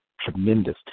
tremendous